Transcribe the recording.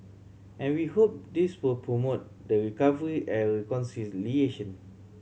and we hope this will promote the recovery and reconciliation